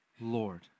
Lord